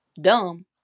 dumb